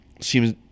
seems